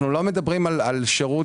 אנחנו בסעיף האחרון